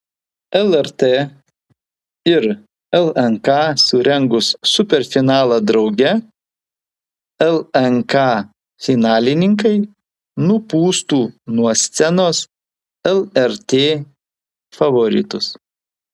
lrt ir lnk surengus superfinalą drauge lnk finalininkai nupūstų nuo scenos lrt favoritus